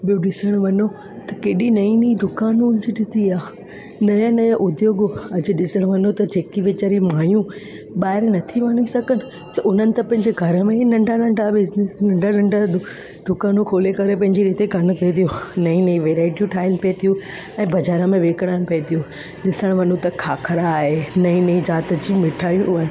ॿियो ॾिसण वञो त केॾी नईं नईं दुकानू ज निकिती आहे नवां नवां उद्योगो अॼु ॾिसण वञो त जेके वीचारियूं माइयूं ॿाहिरि नथी वञी सघनि त उन्हनि त पंहिंजे घर में ई नंढा नंढा बिज़नेस नंढा नंढा दुकानूं खोले करे पंहिंजे रीते कनि पेई थियूं नई नई वैराइटियूं ठाहे पेई थियूं ऐं बाज़ारि में विकिणनि पेई थियूं ॾिसणु वञो त खाखरा आहे नईं नईं जात जूं मिठायूं आहिनि